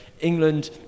England